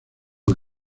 que